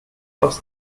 aufs